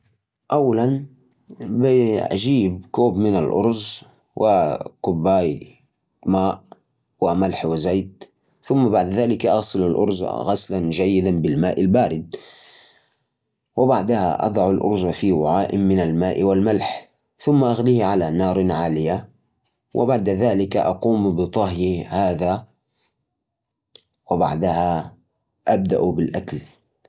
لتحضير الأرز، أول شيء، تغسل الأرز جيداً بالماء عشان تشيل النشاء. بعدين، تنقعه لمدة ربع ساعة في قدر. حط موية مع ملح، وإتركها تغلي. لما تغلي، أضف الأرز وقلل للنار. غطيه وخله ينطج حوالي خمستاش لعشرين دقيقة. بعدين، نرفعه عن النار وخله يرتاح لخمس دقائق. وبالعافية.